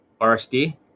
RSD